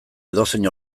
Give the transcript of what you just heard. edozein